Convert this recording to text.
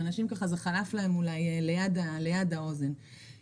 זה אולי חלף ליד האוזן אצל אנשים.